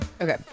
Okay